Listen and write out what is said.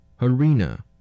Harina